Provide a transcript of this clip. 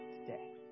today